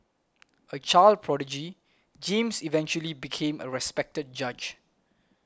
a child prodigy James eventually became a respected judge